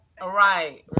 right